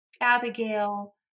Abigail